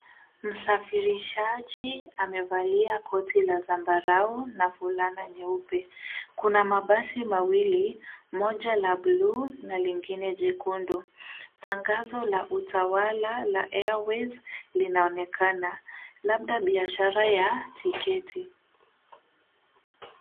Msafirishaji amevalia koti la zambarau na fulana nyeupe. Kuna mabasi mawili moja la buluu na lingine jekundu. Tangazo la Utawala la Airways linaonekana labda biashara ya tiketi.